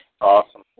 Awesome